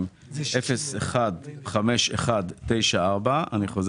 יוביל'ה פשוט לאהוב ולתת מאושר לשנה 580699841 חיוך